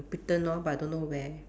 Britain lor but I don't know where